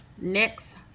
next